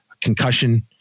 concussion